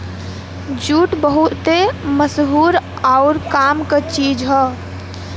jute बहुते मसहूर आउर काम क चीज हौ